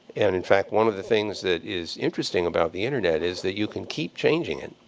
and in fact, one of the things that is interesting about the internet is that you can keep changing it.